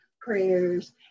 prayers